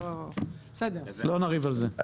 לא נריב על זה.